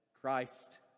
Christ